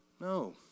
No